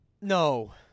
No